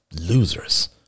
losers